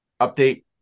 update